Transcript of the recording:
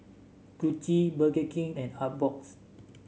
Gucci Burger King and Artbox